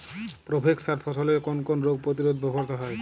Provex সার ফসলের কোন কোন রোগ প্রতিরোধে ব্যবহৃত হয়?